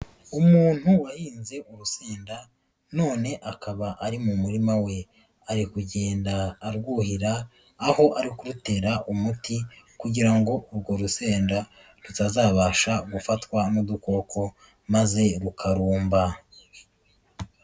Umuntu wahinze urusenda none akaba ari mu murima we, ari kugenda arwuhira, aho ari kurutera umuti kugira ngo urwo rusenda rutazabasha gufatwa n'udukoko maze rukarumba.